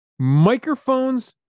microphones